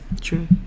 True